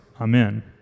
Amen